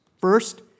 First